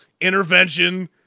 intervention